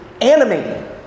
animating